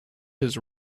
his